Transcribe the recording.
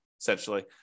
essentially